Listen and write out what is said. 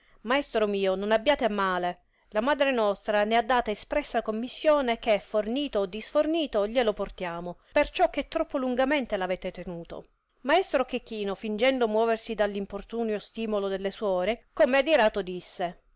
maestro mio non abbiate a male la madre nostra ne ha data espressa commissione che fornito o disfornito glielo portiamo perciò che troppo lungamente avete tenuto maestro chechino fingendo moversi dall'importuno stimolo delle suori come adirato disse